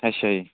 ਅੱਛਾ ਜੀ